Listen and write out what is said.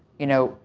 you know.